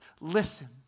listen